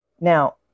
Now